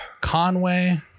Conway